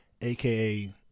aka